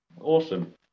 awesome